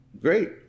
great